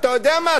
אתה יודע מה?